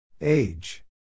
Age